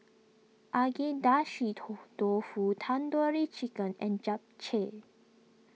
Agedashi Dofu Tandoori Chicken and Japchae